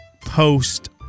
Post